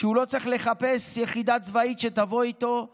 שהוא לא צריך לחפש יחידה צבאית שתבוא איתו להריסה.